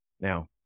Now